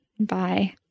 Bye